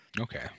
Okay